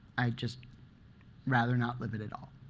i'd just rather not live it at all.